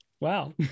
wow